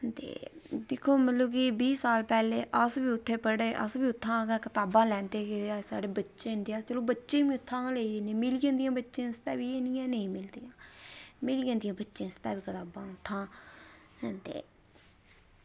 ते दिक्खो मतलब कि बीह् साल पैह्लें अस बी उत्थें पढ़े ते अस बी उत्थां कताबां लैंदे हे ते साढ़े बच्चे न अस बच्चें गी बी उत्थां गै लेई दिन्ने मिली जंदियां बच्चें दियां बी एह् निं ऐ की नेईं मिलदियां मिली जंदियां बच्चें आस्तै बी कताबां उत्थां ते